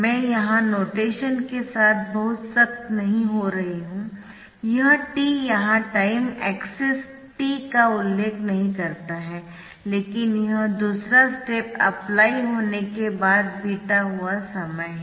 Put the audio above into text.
मैं यहाँ नोटेशन के साथ बहुत सख्त नहीं हो रही हूँ यह t यहाँ टाइम एक्सिस t का उल्लेख नहीं करता है लेकिन यह दूसरा स्टेप अप्लाई होने के बाद बीता हुआ समय है